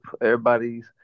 everybody's